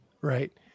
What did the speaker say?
right